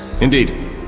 Indeed